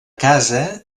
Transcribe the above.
casa